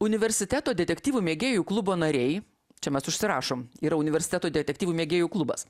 universiteto detektyvų mėgėjų klubo nariai čia mes užsirašom yra universiteto detektyvų mėgėjų klubas